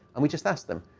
and we just asked them,